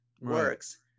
works